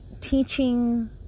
teaching